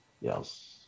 Yes